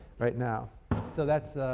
right now so that's